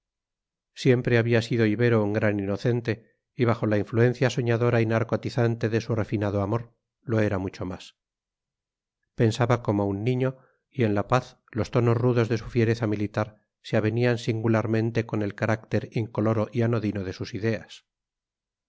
siempre había sido ibero un gran inocente y bajo la influencia soñadora y narcotizante de su refinado amor lo era mucho más pensaba como un niño y en la paz los tonos rudos de su fiereza militar se avenían singularmente con el carácter incoloro y anodino de sus ideas